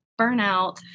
burnout